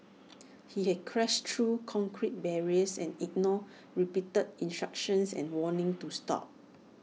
he had crashed through concrete barriers and ignored repeated instructions and warnings to stop